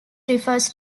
refers